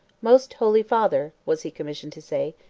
most holy father, was he commissioned to say,